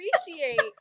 appreciate